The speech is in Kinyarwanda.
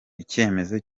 icyemezo